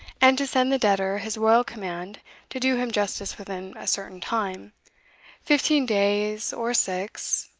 and to send the debtor his royal command to do him justice within a certain time fifteen days, or six,